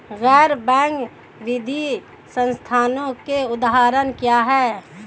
गैर बैंक वित्तीय संस्थानों के उदाहरण क्या हैं?